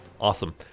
Awesome